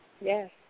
Yes